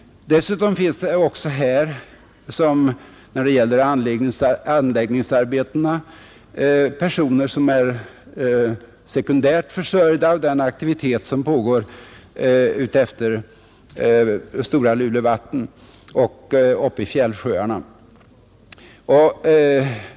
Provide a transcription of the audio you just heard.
Dessutom finns det också här — som när det gäller anläggningsarbetena — personer som är sekundärt försörjda av den aktivitet som pågår utefter Stora Lulevatten och uppe i fjällsjöarna.